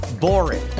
boring